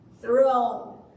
throne